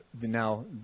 Now